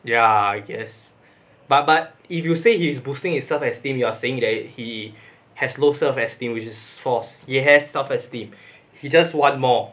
ya I guess but but if you say he is boosting him self esteem you are saying that he has low self esteem which is false he has self esteem he just want more